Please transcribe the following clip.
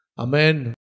Amen